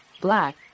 black